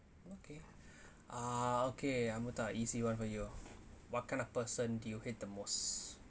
okay uh okay amutha easy [one] for you what kind of person do you hate the most